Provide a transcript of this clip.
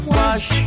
wash